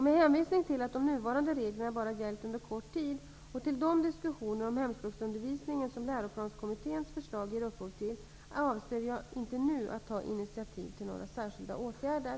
Med hänvisning till att de nuvarande reglerna bara gällt under kort tid och till de diskussioner om hemspråksundervisningen som läroplanskommitténs förslag ger upphov till avser jag inte att nu ta initiativ till några särskilda åtgärder.